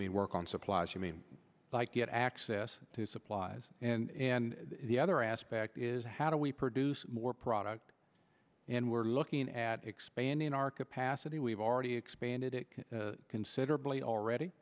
mean work on supplies you mean like get access to supplies and and the other aspect is how do we produce more product and we're looking at expanding our capacity we've already expanded it considerably already